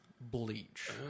bleach